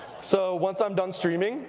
so once i'm done streaming,